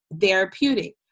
therapeutic